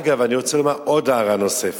אגב, אני רוצה לומר הערה נוספת.